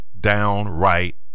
downright